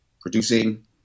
producing